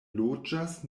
loĝas